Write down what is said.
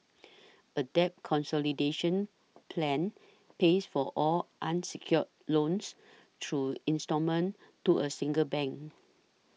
a debt consolidation plan pays for all unsecured loans through instalment to a single bank